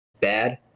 bad